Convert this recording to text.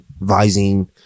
vising